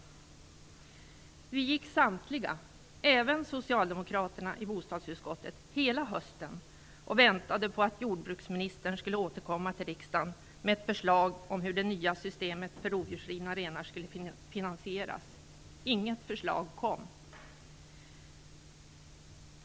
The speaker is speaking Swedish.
Samtliga partier i bostadsutskottet, även Socialdemokraterna, gick hela hösten och väntade på att jordbruksministern skulle återkomma till riksdagen med ett förslag om hur det nya systemet för rovdjursrivna renar skulle finansieras. Inget förslag kom.